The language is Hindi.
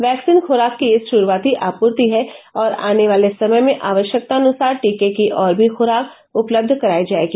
वैक्सीन खुराक की ये शुरूआती आपूर्ति है और आने वाले समय में आवश्यकतानुसार टीके की और भी खुराक उपलब्ध करायी जायेगी